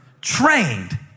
trained